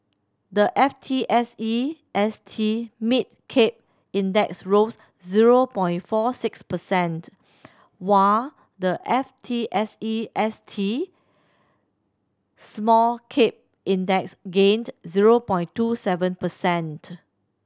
the F T S E S T Mid Cap Index rose zero point four six percent while the F T S E S T Small Cap Index gained zero point two seven percent